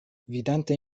vidante